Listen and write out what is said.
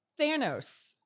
Thanos